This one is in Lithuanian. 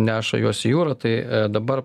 neša juos į jūrą tai dabar